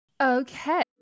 okay